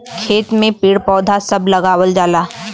खेत में पेड़ पौधा सभ लगावल जाला